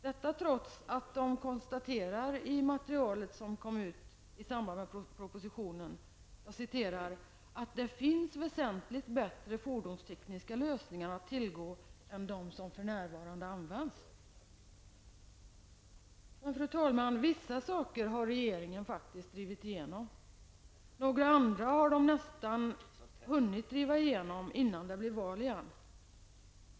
Detta trots att man i det material som utkom i samband med propositionen konstaterar att ''det finns väsentligt bättre fordonstekniska lösningar att tillgå än de som för närvarande används''. Fru talman! Vissa saker har regeringen dock drivit igenom och andra har de nästan hunnit driva igenom före valet.